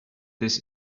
this